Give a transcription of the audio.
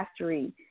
mastery